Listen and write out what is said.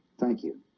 thank you.